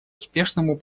успешному